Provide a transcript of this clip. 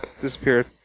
disappeared